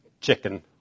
chicken-